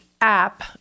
app